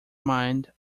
mind